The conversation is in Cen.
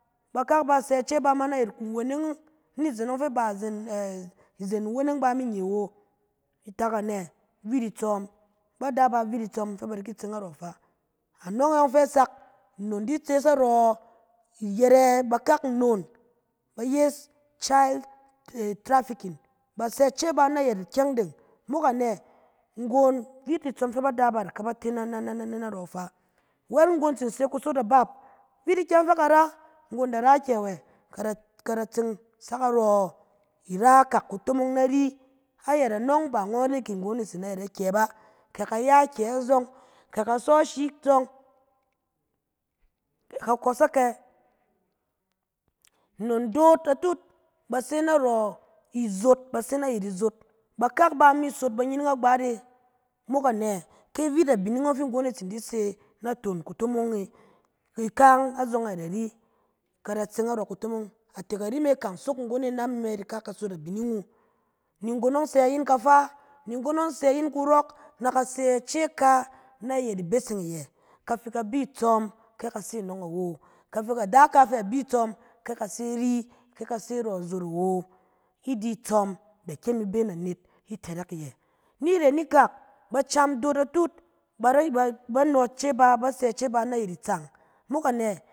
Bakak ba sɛ ice ba ma ayɛt kuweneng ɔng ni zen ɔng fɛ ba izen iweneng ba mi nye wo, itak anɛ? Vit itsɔm, bada bá vit itsɔm fɛ ba da tseng arɔ ifa. Anɔng e yɔng fɛ sak, nnon di tsees narɔ iyɛrɛ bakak nnon, ba yes child a-trafiking. Ba sɛ ice bá nayɛt ikyɛng de, mok anɛ? Nggon vit itsɔm fɛ bada bá da ka ba te na-na-narɔ fa. Wɛt nggon tsin se ni kusonong abat, vit ikyɛng fɛ ka ra, nggon da ra akyɛ wɛ? Kara-kara- tseng sak narɔ ira kak kutomong nari, ayɛt anɔng, ba ngɔn ren ke nggon e se aƴɛt akyɛ ba, kɛ ka ya kyɛ zɔng?, kɛ ka sɔ shi- zɔng? Kɛ ka kɔs akɛ?- nnon doot atut, ba se narɔ izot, ba se na yit izot. Bakak bá mi sot banyining agbaat e, mok anɛ? Ki vit abinin ɔng fi nggon e tsin di se naton kutomong e, ika yɔng azɔng ayit ari, ka da tseng narɔ kutomong. Atek ari me kan sok nggon e na mar ika na ka sot abinin wu. Ni nggon ɔng sɛ yin kafa, ni nggon ɔng sɛ yin kurɔk, na ka sɛ ica ka nayɛt ibeseng iyɛ, ka fɛ ka bi tsom, ke ka se anɔng awo, ka fɛ ka- ada ka fɛ ka bi tsɔm, ke ka se ri, ke ka se arɔ izot awo. I di tsɔm, da kyem i bɛ na anet itɛrɛk iyɛ. Ni rèn ikak, bacam doot atut, bare-ba-ba no ice ba, ba sɛ ica ba nayɛt itsang mok anɛ?